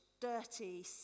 dirty